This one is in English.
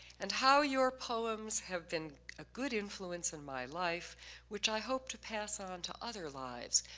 and how your poems have been a good influence in my life which i hope to pass on to other lives.